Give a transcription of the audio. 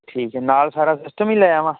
ਠੀਕ ਹੈ ਨਾਲ ਸਾਰਾ ਸਿਸਟਮ ਹੀ ਲੈ ਆਵਾਂ